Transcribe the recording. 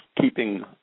keeping